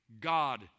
God